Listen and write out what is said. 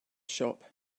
shop